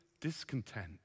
discontent